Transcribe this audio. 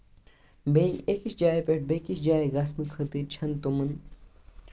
بیٚیہِ أکِس جایہِ پٮ۪ٹھ بیٚیہِ کِس جایہِ گژھنہٕ خٲطٔر چھےٚ نہٕ تمَن